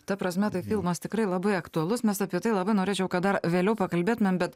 ta prasme tai filmas tikrai labai aktualus mes apie tai labai norėčiau kad dar vėliau pakalbėtumėm bet